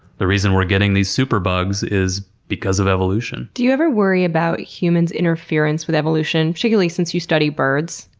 the reason we're getting these superbugs is because of evolution. do you ever worry about human interference with evolution, particularly since you study birds?